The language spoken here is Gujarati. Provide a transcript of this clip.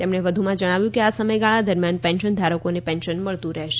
તેમણે વધુમાં જણાવ્યું કે આ સમયગાળા દરમિયાન પેન્શનધારકોને પેન્શન મળતુ રહેશે